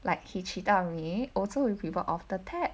like he cheated on me also because of the tap